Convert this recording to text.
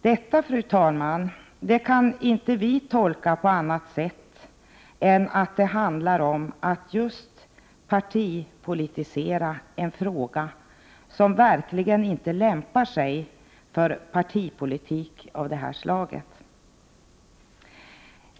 Detta, fru talman, kan vi inte tolka på annat sätt än att det handlar om att just partipolitisera en fråga som verkligen inte lämpar sig för partipolitik av det här slaget.